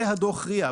זה דוח ה-RIA.